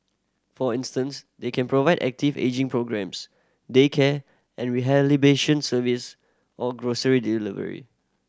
for instance they can provide active ageing programmes daycare and rehabilitation services or grocery delivery